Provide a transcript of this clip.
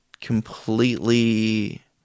completely